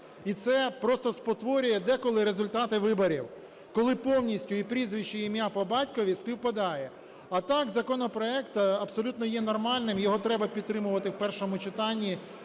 і це просто спотворює деколи результати виборів, коли повністю і прізвище, ім'я, по батькові співпадає. А так законопроект абсолютно є нормальним, його треба підтримувати в першому читанні